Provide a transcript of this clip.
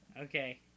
Okay